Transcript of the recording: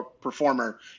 performer